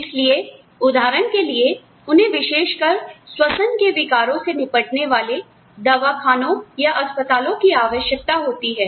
इसलिए उदाहरण के लिए उन्हें विशेष कर श्वसन के विकारों से निपटने वाले दवाखानों या अस्पतालों की आवश्यकता होती है